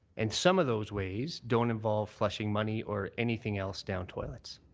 and some of those ways don't involve flushing money or anything else down toilets.